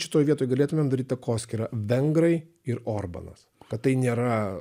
šitoje vietoj galėtumėm daryt takoskyrą vengrai ir orbanas kad tai nėra